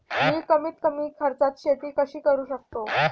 मी कमीत कमी खर्चात शेती कशी करू शकतो?